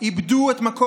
שמעודדת עבודה בשחור,